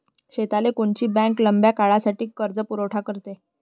शेतीले कोनची बँक लंब्या काळासाठी कर्जपुरवठा करते?